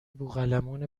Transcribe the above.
بوقلمون